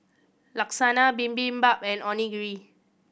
Bibimbap and Onigiri